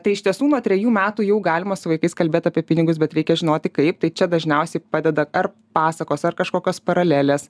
tai iš tiesų nuo trejų metų jau galima su vaikais kalbėt apie pinigus bet reikia žinoti kaip tai čia dažniausiai padeda ar pasakos ar kažkokios paralelės